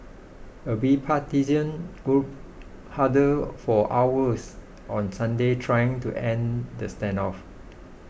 a bipartisan group huddled for hours on Sunday trying to end the standoff